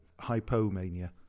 hypomania